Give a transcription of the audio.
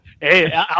Hey